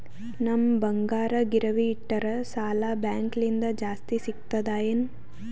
ನಮ್ ಬಂಗಾರ ಗಿರವಿ ಇಟ್ಟರ ಸಾಲ ಬ್ಯಾಂಕ ಲಿಂದ ಜಾಸ್ತಿ ಸಿಗ್ತದಾ ಏನ್?